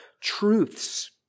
truths